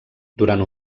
durant